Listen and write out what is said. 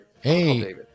hey